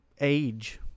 age